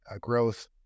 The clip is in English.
growth